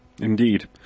Indeed